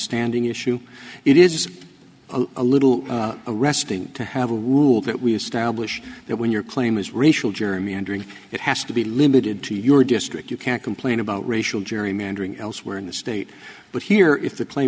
standing issue it is a little arresting to have a rule that we establish that when your claim is racial germy entering it has to be limited to your district you can't complain about racial gerrymandering elsewhere in the state but here if the cla